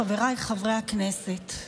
חבריי חברי הכנסת,